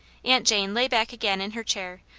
aunt jane lay back again in her chair,